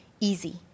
easy